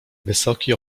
wysoki